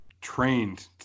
trained